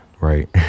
right